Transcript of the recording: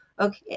okay